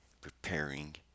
preparing